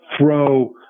throw